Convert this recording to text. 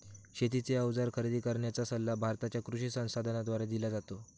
शेतीचे अवजार खरेदी करण्याचा सल्ला भारताच्या कृषी संसाधनाद्वारे दिला जातो